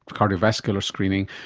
cardiovascular screening,